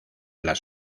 las